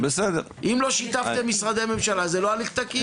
אם לא שיתפתם משרדי ממשלה זה לא הליך תקין.